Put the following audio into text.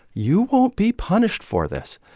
you won't be punished for this.